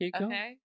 Okay